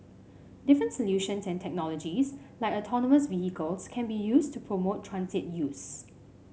different solutions and technologies like autonomous vehicles can be used to promote transit use